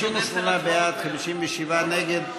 58 בעד, 57 נגד,